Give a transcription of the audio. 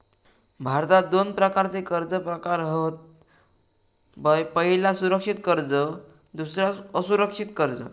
भारतात दोन प्रकारचे कर्ज प्रकार होत पह्यला सुरक्षित कर्ज दुसरा असुरक्षित कर्ज